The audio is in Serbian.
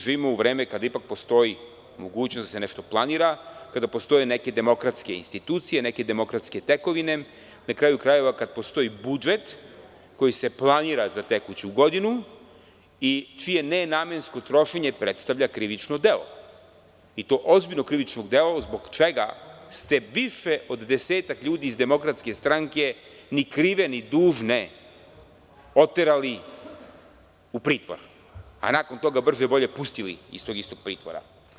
Živimo u vreme kada opet postoji mogućnost da se nešto planira, kada postoje neke demokratske institucije, demokratske tekovine, na kraju krajeva, kada postoji budžet koji se planira za tekuću godinu i čije nenamensko trošenje predstavlja krivično delo i to ozbiljno krivično delo zbog čega ste više od 10 ljudi iz DS, ni krive ni dužne, oterali u pritvor, a nakon toga brže bolje pustili iz tog istog pritvora.